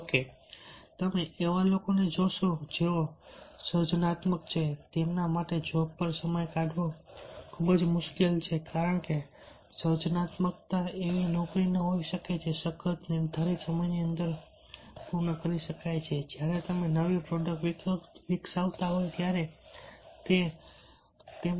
જો કે તમે એવા લોકોને જોશો કે જેઓ સર્જનાત્મક છે તેમના માટે જોબ પર સમય કાઢવો ખૂબ જ મુશ્કેલ છે કારણ કે સર્જનાત્મકતા એવી નોકરી ન હોઈ શકે જે સખત નિર્ધારિત સમયની અંદર પૂર્ણ કરી શકાય જ્યારે તમે નવી પ્રોડક્ટ વિકસાવતા હોવ ત્યારે તે લાગી શકે છે